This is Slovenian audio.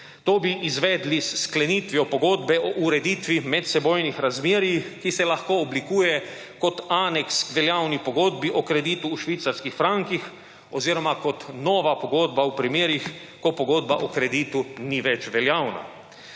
To bi izvedli s sklenitvijo pogodbe o ureditvi medsebojnih razmerij, ki se lahko oblikuje kot aneks k veljavni pogodbi o kreditu v švicarskih frankih oziroma kot nova pogodba v primerih, ko pogodba o kreditu ni več veljavna.